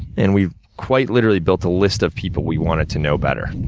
and we quite literally built a list of people we wanted to know better.